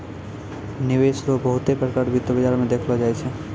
निवेश रो बहुते प्रकार वित्त बाजार मे देखलो जाय छै